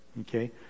okay